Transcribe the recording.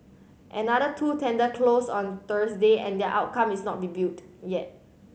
another two tender closed on Thursday and their outcome is not revealed yet